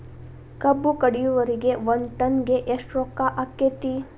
ಕಬ್ಬು ಕಡಿಯುವರಿಗೆ ಒಂದ್ ಟನ್ ಗೆ ಎಷ್ಟ್ ರೊಕ್ಕ ಆಕ್ಕೆತಿ?